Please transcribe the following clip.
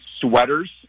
sweaters